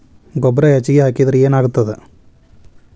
ಗೊಬ್ಬರ ಹೆಚ್ಚಿಗೆ ಹಾಕಿದರೆ ಏನಾಗ್ತದ?